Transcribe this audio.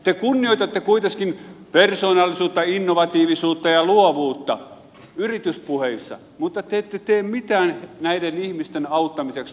te kunnioitatte kuiteskin persoonallisuutta innovatiivisuutta ja luovuutta yrityspuheissa mutta te ette tee mitään todellista näiden ihmisten auttamiseksi